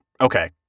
Okay